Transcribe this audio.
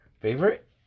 favorite